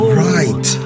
right